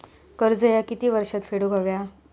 कर्ज ह्या किती वर्षात फेडून हव्या?